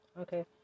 Okay